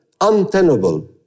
untenable